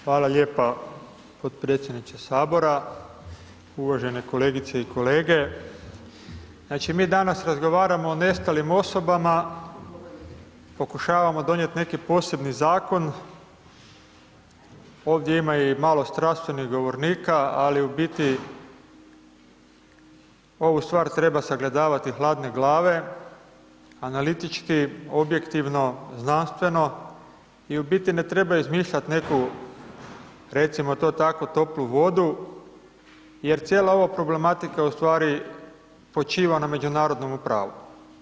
Hvala lijepa potpredsjedniče HS, uvažene kolegice i kolege, znači, mi danas razgovaramo o nestalim osobama pokušavamo donijeti neki posebni zakon, ovdje ima malo i strastvenih govornika, ali u biti ovu stvar treba sagledavati hladne glave, analitički, objektivno, znanstveno i u biti ne treba izmišljat neku, recimo to tako, toplu vodu jer cijela ova problematika u stvari počiva na međunarodnome pravu.